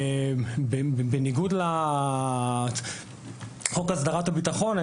בניגוד לחוק הסדרת הביטחון,